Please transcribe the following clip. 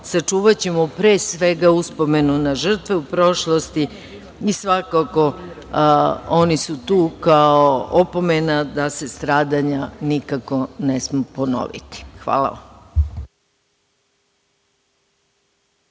sačuvaćemo, pre svega, uspomenu na žrtve u prošlosti. Svakako, oni su tu kao opomena da se stradanja nikako ne smeju ponoviti. Hvala vam.